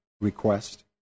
request